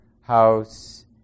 house